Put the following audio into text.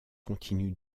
continue